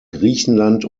griechenland